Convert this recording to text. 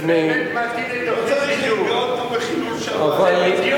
זה בדיוק מתאים לתוכנית בידור.